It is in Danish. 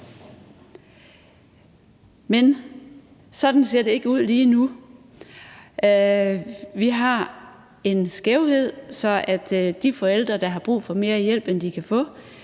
Men sådan ser det ikke ud lige nu. Vi har en skævhed, sådan at de forældre, der har brug for mere hjælp, end de kan få,